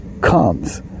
comes